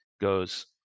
goes